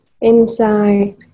inside